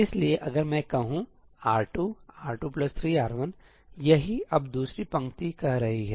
इसलिए अगर मैं कहूं R2 ← R2 3R1'यही अब दूसरी पंक्ति कह रही है